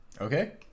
Okay